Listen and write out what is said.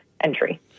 entry